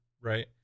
Right